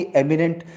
eminent